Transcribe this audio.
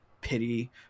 pity